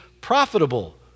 profitable